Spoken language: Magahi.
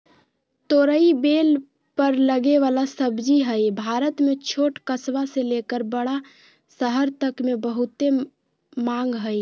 तोरई बेल पर लगे वला सब्जी हई, भारत में छोट कस्बा से लेकर बड़ा शहर तक मे बहुत मांग हई